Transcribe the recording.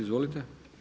Izvolite.